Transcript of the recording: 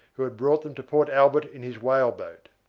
who had brought them to port albert in his whaleboat.